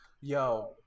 Yo